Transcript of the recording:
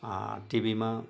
टिभीमा